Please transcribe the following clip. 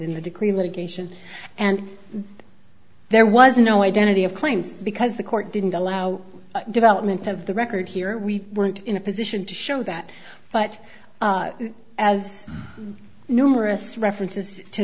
in the degree litigation and there was no identity of claims because the court didn't allow development of the record here we weren't in a position to show that but as numerous references to